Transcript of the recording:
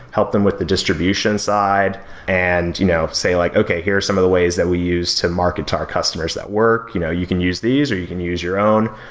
help them with the distribution side and you know say like, okay, here are some of the ways that we use to market to our customers that work. you know you can use these, or you can use your own.